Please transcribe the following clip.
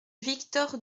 victor